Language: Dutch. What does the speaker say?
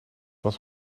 was